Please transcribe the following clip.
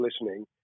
listening